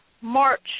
March